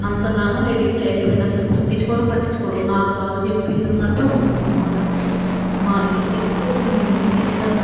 అంతగానో addict అయిపోయిండు అసలు పట్టిచ్చుకోనే పట్టిచ్చుకోడు నాకు కాదు చెప్పిది అన్నట్టే ఉంటాడన్నమాట మా ఎ ఎక్కువ దీన్ని ఇట్లా